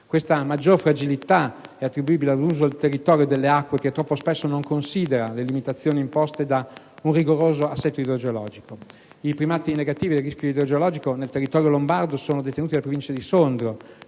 Tale maggiore fragilità è attribuibile ad un uso del territorio e delle acque che troppo spesso non considera le limitazioni imposte da un rigoroso assetto idrogeologico. I primati negativi del rischio idrogeologico nel territorio lombardo sono detenuti dalle province di Sondrio